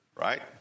right